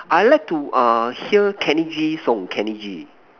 I like to uh hear Kenny G song Kenny G